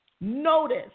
notice